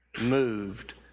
moved